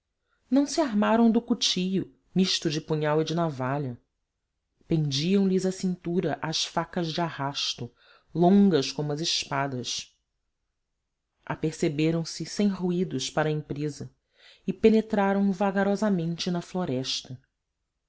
não se armaram do cuchillo misto de punhal e de navalha pendiam lhes à cintura as facas de arrasto longas como as espadas aperceberam se sem ruídos para a empresa e penetraram vagarosamente na floresta